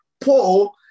Paul